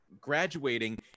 graduating